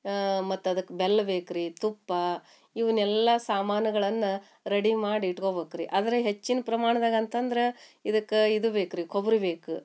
ಮತ್ತು ಅದಕ್ಕೆ ಬೆಲ್ಲ ಬೇಕು ರೀ ತುಪ್ಪ ಇವನ್ನೆಲ್ಲ ಸಾಮಾನುಗಳನ್ನು ರಡಿ ಮಾಡಿ ಇಟ್ಕೋಬೋಕ್ ರೀ ಆದರೆ ಹೆಚ್ಚಿನ ಪ್ರಮಾಣ್ದಾಗೆ ಅಂತಂದ್ರೆ ಇದಕ್ಕೆ ಇದು ಬೇಕು ರೀ ಕೊಬ್ಬರಿ ಬೇಕು